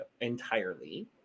entirely